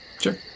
Sure